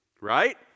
right